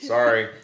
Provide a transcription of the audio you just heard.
Sorry